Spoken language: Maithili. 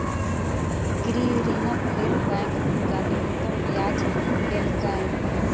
गृह ऋणक लेल बैंक हुनका न्यूनतम ब्याज लेलकैन